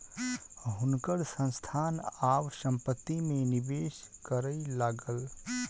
हुनकर संस्थान आब संपत्ति में निवेश करय लागल